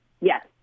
Yes